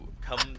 come